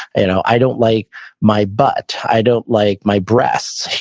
you know i don't like my butt, i don't like my breasts.